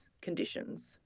conditions